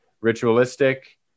ritualistic